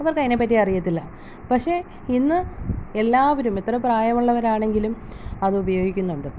അവർക്ക് അതിനെപ്പറ്റി അറിയത്തില്ല പക്ഷേ ഇന്ന് എല്ലാവരും എത്ര പ്രായമുള്ളവരാണെങ്കിലും അത് ഉപയോഗിക്കുന്നുണ്ട്